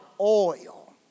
oil